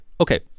Okay